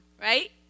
right